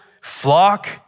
flock